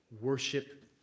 worship